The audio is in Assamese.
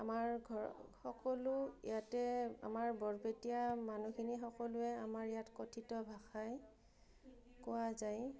আমাৰ ঘৰৰ সকলো ইয়াতে আমাৰ বৰপেটীয়া মানুহখিনি সকলোৱে আমাৰ ইয়াত কথিত ভাষাই কোৱা যায়